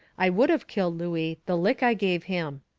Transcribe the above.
i would of killed looey, the lick i give him.